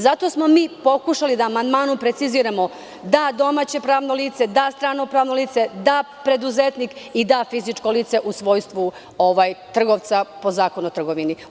Zato smo mi pokušali da amandmanom preciziramo da domaće pravno lice, da strano pravno lice, da preduzetnik, da fizičko lice u svojstvu trgovca po Zakonu o trgovini.